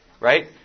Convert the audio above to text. right